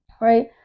right